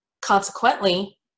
consequently